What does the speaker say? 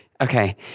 okay